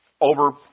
over